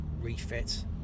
refit